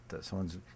someone's